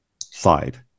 side